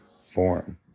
form